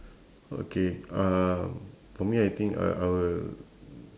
okay uh for me I think I I will